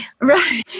right